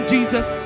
Jesus